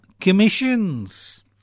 commissions